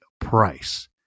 price